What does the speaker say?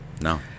No